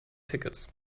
tickets